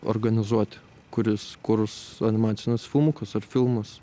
organizuoti kuris kurs animacinius filmukus ar filmus